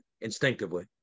instinctively